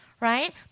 right